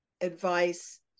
advice